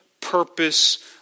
purpose